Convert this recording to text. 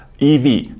EV